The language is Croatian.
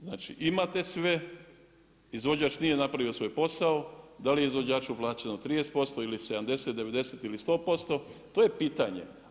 Znači, imate sve, izvođač nije napravio svoj posao, da li je izvođaču plaćeno 30% ili 70, 90 ili 100%, to je pitanje.